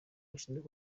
bashinzwe